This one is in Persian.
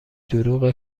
دروغ